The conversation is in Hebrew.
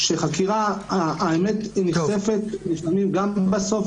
האמת נחשפת לפעמים גם בסוף,